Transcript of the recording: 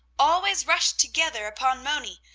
always rushed together upon moni,